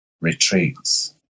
retreats